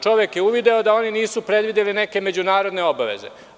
Čovek je uvideo da oni nisu predvideli neke međunarodne obaveze.